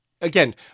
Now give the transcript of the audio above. again